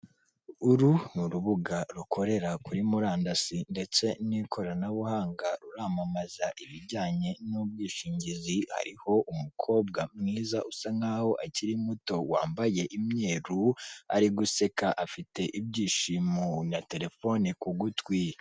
Uru ni urubuga rukorera kuri murandasi ndetse n'ikoranabuhanga ruramamaza ibijyanye n'ubwishingizi, hariho umukobwa mwiza usa nk'aho akiri muto wambaye imyeru ari guseka afite ibyishimo na terefone ku gutwi.